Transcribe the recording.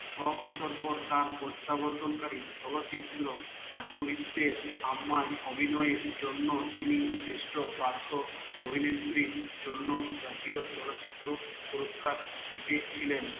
ছ বছর পর তার প্রত্যাবর্তনকারী চলচ্চিত্র আচুভিন্তে আম্মায় অভিনয়ের জন্য তিনি শ্রেষ্ঠ পার্শ্ব অভিনেত্রীর জন্য জাতীয় চলচ্চিত্র পুরস্কার জিতেছিলেন